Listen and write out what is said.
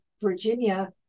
Virginia